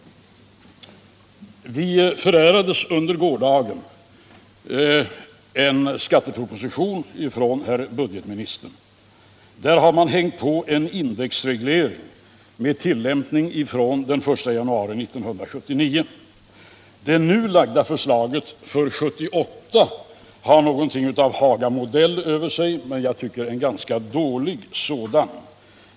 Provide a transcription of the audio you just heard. Vi förärades under gårdagen en skatteproposition från herr budgetministern. Där har man hängt på en indexreglering med tillämpning från den 1 januari 1979. Det nu framlagda förslaget för 1978 har någonting av Hagamodell över sig, men jag tycker att det är en ganska dålig sådan.